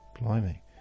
Blimey